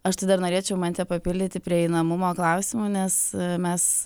aš tai dar norėčiau mantę papildyti prieinamumo klausimu nes mes